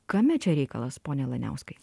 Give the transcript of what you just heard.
kame čia reikalas pone laniauskai